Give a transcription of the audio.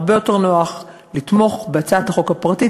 הרבה יותר נוח לתמוך בהצעת החוק הפרטית